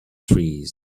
trees